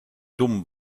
dumm